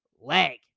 leg